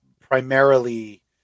primarily